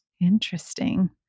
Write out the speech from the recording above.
Interesting